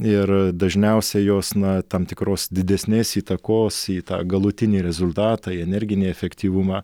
ir dažniausiai jos na tam tikros didesnės įtakos į tą galutinį rezultatą į energinį efektyvumą